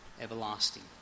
everlasting